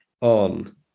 on